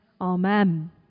Amen